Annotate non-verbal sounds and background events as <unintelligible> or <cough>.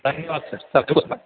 धन्यवाद सर <unintelligible>